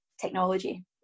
technology